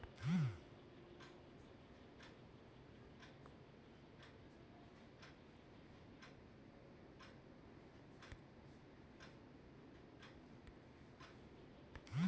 বহুমূল্য হওয়ার জন্য আঙ্গোরা খরগোশ চাষের প্রচলন বিগত দু দশকে ফ্রান্সে অনেকটা ছড়িয়ে গিয়েছে